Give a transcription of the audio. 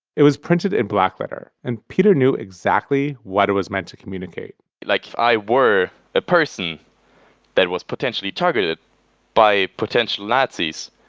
it was printed in blackletter and peter knew exactly what it was meant to communicate like if i were the person that was potentially targeted by potential nazis,